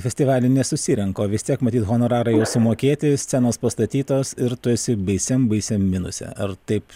festivaly nesusirenka o vis tiek matyt honorarai jau sumokėti scenos pastatytos ir tu esi baisiam baisiam minuse ar taip